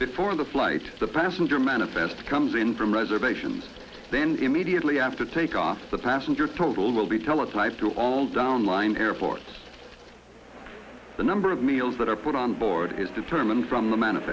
good for the flight the passenger manifest comes in from reservation then immediately after takeoff the passenger total will be teletype to all downline airports the number of meals that are put on board is determined from the